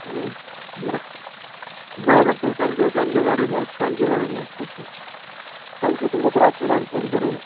बरें बरें doctor thank you thank you very much thank you very much doctor thank you तुमकां त्रास केल्या हांयेन फोन करून